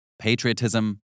Patriotism